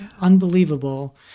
unbelievable